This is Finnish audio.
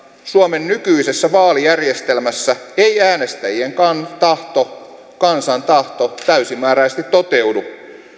suomen nykyisessä vaalijärjestelmässä ei äänestäjien tahto kansan tahto täysimääräisesti toteudu